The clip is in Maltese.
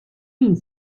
min